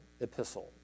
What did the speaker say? epistle